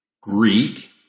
Greek